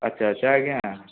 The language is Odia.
ଆଚ୍ଛା ଆଚ୍ଛା ଆଜ୍ଞା